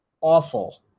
awful